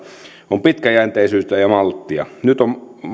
on pitkäjänteisyyttä ja malttia nyt